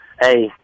hey –